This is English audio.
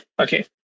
Okay